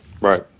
right